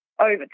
over